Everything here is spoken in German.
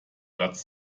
platz